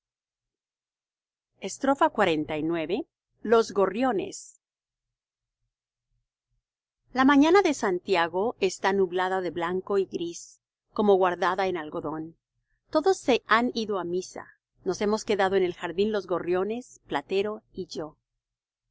consentido xlix los gorriones la mañana de santiago está nublada de blanco y gris como guardada en algodón todos se han ido á misa nos hemos quedado en el jardín los gorriones platero y yo